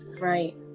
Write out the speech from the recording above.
Right